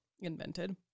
invented